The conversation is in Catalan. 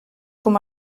com